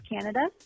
Canada